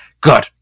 good